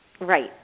right